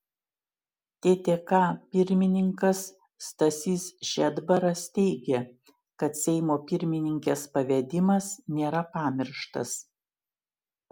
ttk pirmininkas stasys šedbaras teigė kad seimo pirmininkės pavedimas nėra pamirštas